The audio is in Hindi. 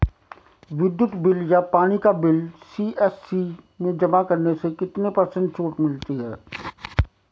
विद्युत बिल या पानी का बिल सी.एस.सी में जमा करने से कितने पर्सेंट छूट मिलती है?